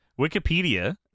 Wikipedia